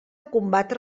combatre